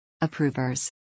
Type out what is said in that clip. Approvers